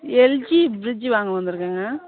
LG fridge வாங்க வந்துருக்கேங்க